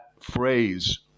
phrase